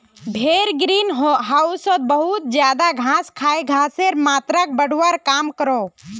भेड़ ग्रीन होउसोत बहुत ज्यादा घास खाए गसेर मात्राक बढ़वार काम क्रोह